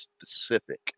specific